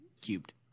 Cubed